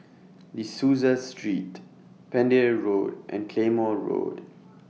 De Souza Street Pender Road and Claymore Road